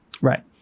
right